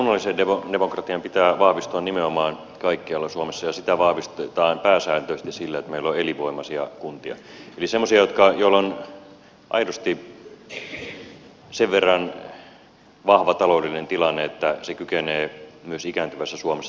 kunnallisen demokratian pitää vahvistua nimenomaan kaikkialla suomessa ja sitä vahvistetaan pääsääntöisesti sillä että meillä on elinvoimaisia kuntia eli semmoisia joilla on aidosti sen verran vahva taloudellinen tilanne että ne kykenevät myös ikääntyvässä suomessa tarjoamaan palvelut